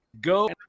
go